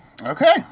Okay